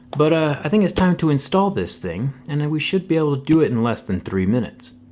but i think it's time to install this thing and and we should be able to do it in less than three minutes.